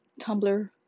Tumblr